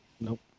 Nope